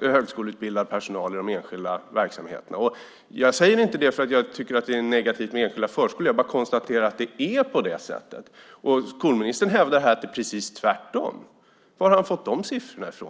högskoleutbildad personal i de enskilda verksamheterna. Jag säger inte det för att jag tycker att det är negativt med enskilda förskolor. Jag konstaterar bara att det är på det sättet. Skolministern hävdar här att det är precis tvärtom. Var har han fått de siffrorna ifrån?